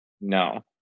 No